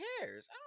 cares